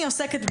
אני עוסקת,